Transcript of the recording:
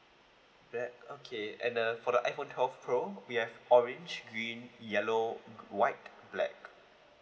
black okay and uh for the iphone twelve pro we have orange green yellow white black